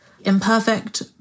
imperfect